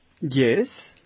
yes